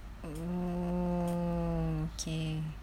oh okay